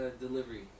delivery